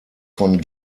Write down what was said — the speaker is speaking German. von